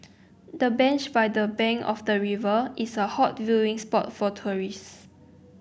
the bench by the bank of the river is a hot viewing spot for tourist